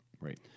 Right